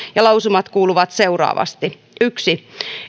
lausumat kuuluvat seuraavasti yksi